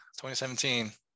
2017